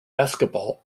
basketball